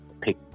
pick